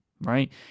right